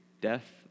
Death